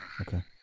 okay